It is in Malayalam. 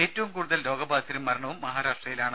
ഏറ്റവും കൂടുതൽ രോഗബാധിതരും മരണവും മഹാരാഷ്ട്രയിലാണ്